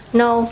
no